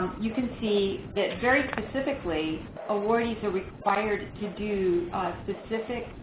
you can see that very specifically awardees are required to do specific